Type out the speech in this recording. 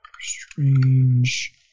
Strange